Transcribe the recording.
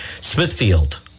Smithfield